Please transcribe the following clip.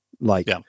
Like-